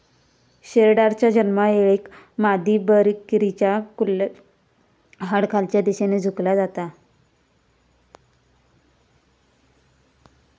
शेरडाच्या जन्मायेळेक मादीबकरीच्या कुल्याचा हाड खालच्या दिशेन झुकला जाता